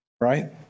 Right